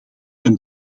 een